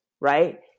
right